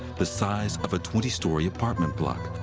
the size of a twenty story apartment block,